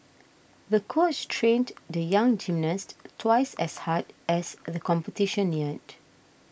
the coach trained the young gymnast twice as hard as the competition neared